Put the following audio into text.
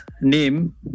name